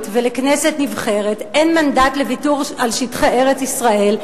ולכנסת נבחרת אין מנדט לוויתור על שטחי ארץ-ישראל,